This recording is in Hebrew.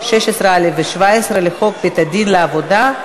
16א ו-17 לחוק בית-הדין לעבודה,